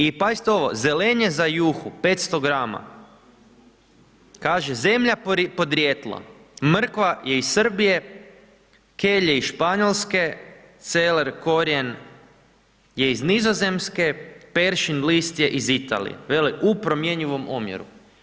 I pazite ovo, zelenje za juhu, 500.gr., kaže zemlja podrijetla mrkva je iz Srbije, kelj je iz Španjolske, celer korijen je iz Nizozemske, peršin list je iz Italije, vele u promjenjivom omjeru.